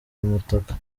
umutaka